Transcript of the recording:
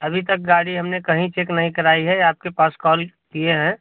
अभी तक गाड़ी हमने कहीं चेक नहीं कराई है यह आपके पास कॉल किए हैं